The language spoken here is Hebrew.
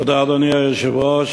אדוני היושב-ראש,